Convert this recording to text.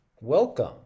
Welcome